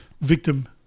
Victim